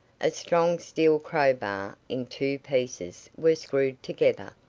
a strong steel crowbar in two pieces was screwed together,